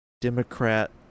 Democrat